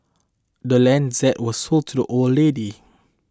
the land's zed was sold to the old lady